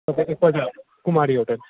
तपाईँ एकपल्ट कुमारी होटल